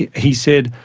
he he said,